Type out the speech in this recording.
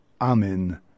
Amen